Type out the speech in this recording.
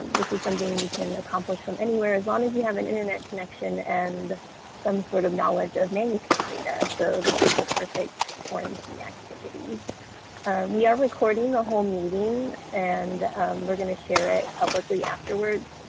this is something you can accomplish from anywhere as long as you have an internet connection and some sort of knowledge of manuscripts data, so this is the perfect quarantine activity we are recording the whole meeting and we're going to share it publicly afterwards,